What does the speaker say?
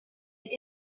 est